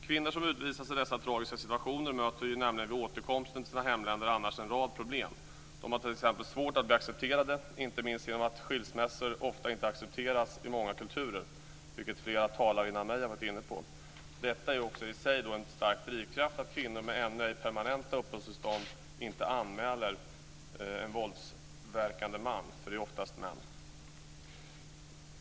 Kvinnor som utvisas i dessa tragiska situationer möter nämligen vid återkomsten till sina hemländer en rad problem. De har t.ex. svårt att bli accepterade, inte minst eftersom skilsmässor i många kulturer ofta inte accepteras, vilket flera talare före mig har varit inne på. Detta är också i sig en stark drivkraft som gör att kvinnor med ännu ej permanenta uppehållstillstånd inte anmäler en våldsverkande man - det handlar oftast om män.